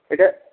এটা